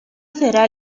será